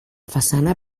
façana